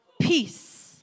Peace